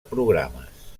programes